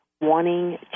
wanting